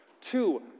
Two